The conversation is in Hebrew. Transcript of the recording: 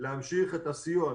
להמשיך את הסיוע.